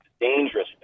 dangerous